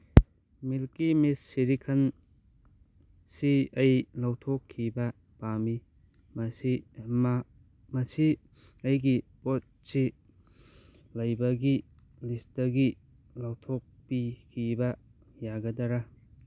ꯃꯤꯜꯀꯤ ꯃꯤꯁ ꯁꯤꯔꯤꯈꯟ ꯁꯤ ꯑꯩ ꯂꯧꯊꯣꯛꯈꯤꯕ ꯄꯥꯝꯃꯤ ꯃꯁꯤ ꯑꯩꯒꯤ ꯄꯣꯠ ꯆꯩ ꯂꯩꯕꯒꯤ ꯂꯤꯁꯇꯒꯤ ꯂꯧꯊꯣꯛꯄꯤꯈꯤꯕ ꯌꯥꯒꯗ꯭ꯔ